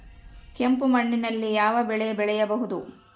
ಕೆಂಪು ಮಣ್ಣಿನಲ್ಲಿ ಯಾವ ಬೆಳೆ ಬೆಳೆಯಬಹುದು?